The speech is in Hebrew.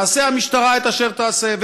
תעשה המשטרה את אשר תעשה,